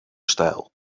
stijl